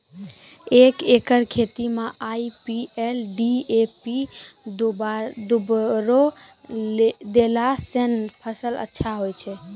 एक एकरऽ खेती मे आई.पी.एल डी.ए.पी दु बोरा देला से फ़सल अच्छा होय छै?